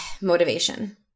motivation